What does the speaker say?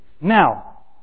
Now